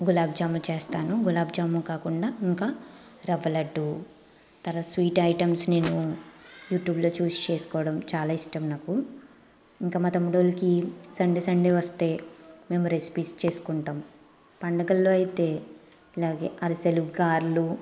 గులాబ్ జామున్ చేస్తాను గులాబ్ జామున్ కాకుండా ఇంకా రవ్వ లడ్డు తరువాత స్వీట్ ఐటమ్స్ నేను యూట్యూబ్లో చూసి చేసుకోవడం చాలా ఇష్టం నాకు ఇంకా మా తమ్ముడోళ్ళకి సండే సండే వస్తే మేము రెసిపీస్ చేసుకుంటాము పండగలలో అయితే ఇలాగే అరిసెలు గారెలు